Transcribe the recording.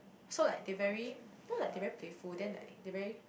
so like they very not like they very playful then like they very